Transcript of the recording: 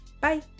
Bye